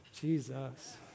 Jesus